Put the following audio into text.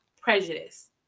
prejudice